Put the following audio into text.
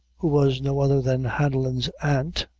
who was no other than hanlon's aunt,